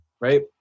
right